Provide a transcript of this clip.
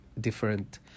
different